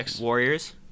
Warriors